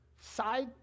side